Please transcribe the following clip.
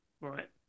right